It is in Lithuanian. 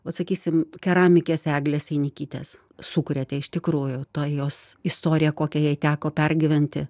vat sakysim keramikės eglės einikytės sukuriate iš tikrųjų tą jos istoriją kokią jai teko pergyventi